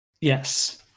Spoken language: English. Yes